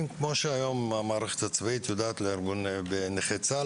כפי שעושה היום המערכת הצבאית עם נכי צה"ל,